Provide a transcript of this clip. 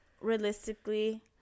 realistically